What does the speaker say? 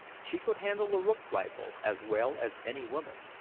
she could handle a rook-rifle as well as any woman,